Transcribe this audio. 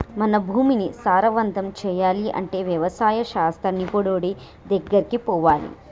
మన భూమిని సారవంతం చేయాలి అంటే వ్యవసాయ శాస్త్ర నిపుణుడి దెగ్గరికి పోవాలి